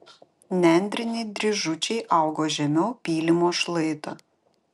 nendriniai dryžučiai augo žemiau pylimo šlaito